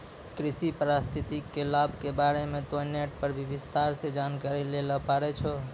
कृषि पारिस्थितिकी के लाभ के बारे मॅ तोहं नेट पर भी विस्तार सॅ जानकारी लै ल पारै छौ